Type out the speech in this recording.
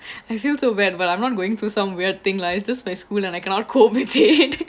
I feel so bad but I'm not going through some weird thing lah it's just like school lah I cannot cope with it